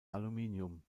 aluminium